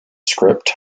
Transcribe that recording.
script